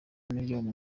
miliyoni